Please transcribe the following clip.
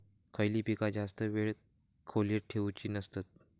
खयली पीका जास्त वेळ खोल्येत ठेवूचे नसतत?